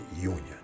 union